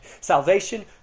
Salvation